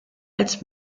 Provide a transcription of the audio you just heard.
als